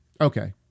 Okay